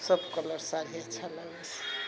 सब कलर साड़ी अच्छा लागै छै